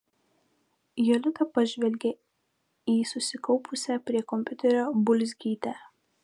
jolita pažvelgė į susikaupusią prie kompiuterio bulzgytę